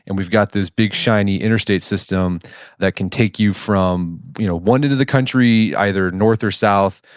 and we've got this big shiny interstate system that can take you from one end of the country, either north or south,